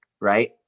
right